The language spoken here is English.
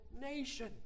nation